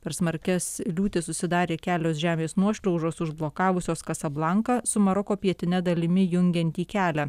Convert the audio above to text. per smarkias liūtis susidarė kelios žemės nuošliaužos užblokavusios kasablanką su maroko pietine dalimi jungiantį kelią